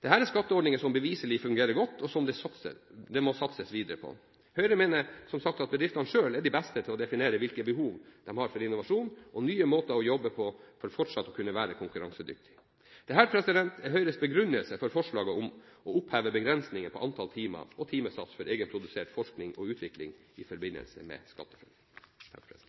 Dette er skatteordninger som beviselig fungerer godt, og som det må satses videre på. Høyre mener som sagt at bedriftene selv er de beste til å definere hvilke behov de har for innovasjon og nye måter å jobbe på for fortsatt å kunne være konkurransedyktige. Dette er Høyres begrunnelse for forslaget om å oppheve begrensningen på antall timer og timesats for egenprodusert forskning og utvikling i forbindelse med SkatteFUNN.